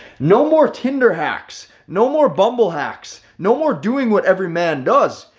no more tinder hacks, no more bumble hacks, no more doing what every man does.